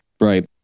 Right